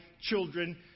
children